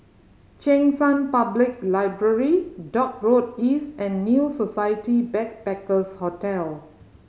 Cheng San Public Library Dock Road East and New Society Backpackers' Hotel